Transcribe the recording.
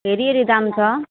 हेरिहेरि दाम छ